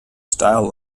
style